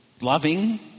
Loving